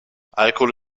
alkohol